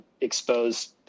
expose